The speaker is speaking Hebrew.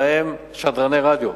ובהם שדרני רדיו,